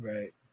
Right